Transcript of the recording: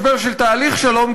גם לא משבר של תהליך שלום,